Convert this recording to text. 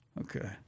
Okay